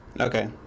Okay